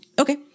Okay